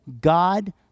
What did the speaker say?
God